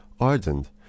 ardent